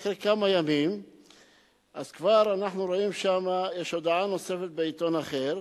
אחרי כמה ימים אנחנו כבר רואים שיש הודעה נוספת בעיתון אחר,